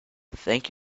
thank